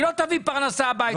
היא לא תביא פרנסה הביתה.